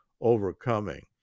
overcoming